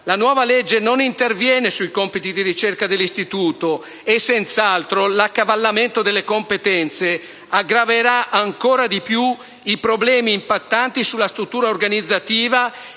La nuova legge non interviene sui compiti di ricerca dell'Istituto e senz'altro l'accavallamento delle competenze aggraverà ancora di più i problemi impattanti sulla struttura organizzativa